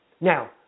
Now